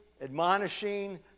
admonishing